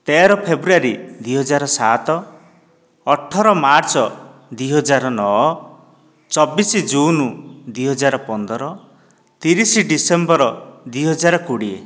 ତେର ଫେବୃଆରୀ ଦୁଇହଜାର ସାତ ଅଠର ମାର୍ଚ୍ଚ ଦୁଇହଜାର ନଅ ଚବିଶି ଜୁନ ଦୁଇହଜାର ପନ୍ଦର ତିରିଶ ଡିସେମ୍ବର ଦୁଇହଜାର କୋଡ଼ିଏ